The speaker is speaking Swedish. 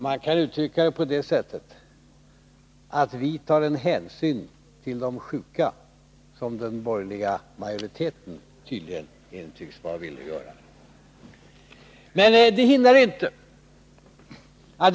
Man kan uttrycka det på det sättet att vi tar en hänsyn till de sjuka som den borgerliga majoriteten tydligen inte tycks vara villig att ta.